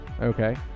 Okay